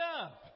up